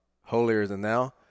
holier-than-thou